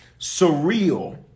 surreal